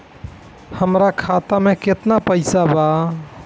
हमरा खाता में केतना पइसा बा?